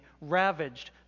ravaged